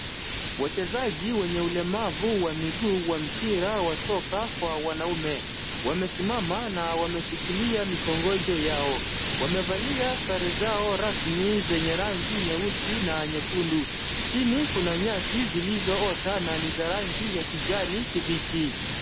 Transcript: Wachezaji wenye ulemavu wa miguu wa mpira qa soko kwa wanaume. Wamesimama na wameshikilia mikongojo yao. Wamevalia sare zao rasmi zenye rangi nyuesi na nyekundu. Chini, kuna nyasi zilizoota na ni za rangi ya kijani kibichi.